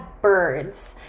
birds